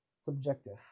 subjective